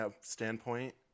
standpoint